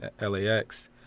LAX